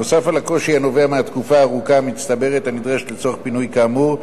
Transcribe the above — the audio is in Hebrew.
נוסף על הקושי הנובע מהתקופה הארוכה המצטברת הנדרשת לצורך פינוי כאמור,